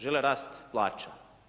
Žele rast plaća.